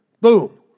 boom